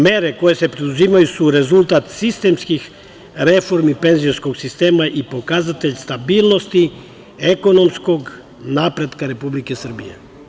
Mere koje se preduzimaju su rezultat sistemskih reformi penzijskog sistema i pokazatelj stabilnosti, ekonomskog napretka Republike Srbije.